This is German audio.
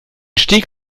steg